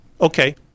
Okay